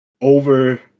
over